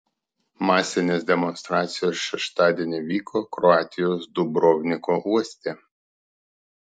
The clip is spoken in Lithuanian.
masinės demonstracijos šeštadienį vyko kroatijos dubrovniko uoste